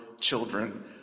Children